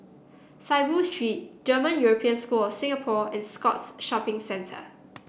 Saiboo Street German European School Singapore and Scotts Shopping Centre